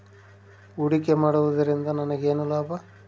ಹೂಡಿಕೆ ಮಾಡುವುದರಿಂದ ನನಗೇನು ಲಾಭ?